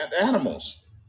animals